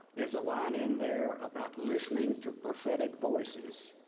there is a line in there about listening to prophetic voices